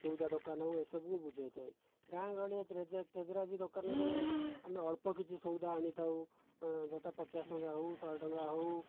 ସଉଦା ଦୋକାନ ହେଉ ଏସବୁକୁ ବୁଝାଇ ଥାଏ ଗାଁ ଗହଳି ତେଜରାତି ଦୋକାନରେ ଆମେ ଅଳ୍ପ କିଛି ସଉଦା ଆଣିଥାଉ ଯଥା ପଚାଶ ଟଙ୍କା ହେଉ ଶହେ ଟଙ୍କା ହେଉ